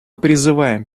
призываем